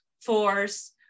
force